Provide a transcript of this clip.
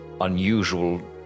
unusual